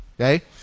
okay